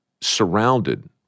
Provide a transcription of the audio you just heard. surrounded